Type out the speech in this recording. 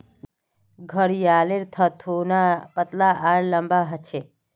घड़ियालेर थथोना पतला आर लंबा ह छे